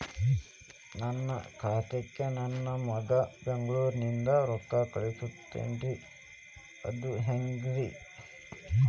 ನನ್ನ ಖಾತಾಕ್ಕ ನನ್ನ ಮಗಾ ಬೆಂಗಳೂರನಿಂದ ರೊಕ್ಕ ಕಳಸ್ತಾನ್ರಿ ಅದ ಹೆಂಗ್ರಿ?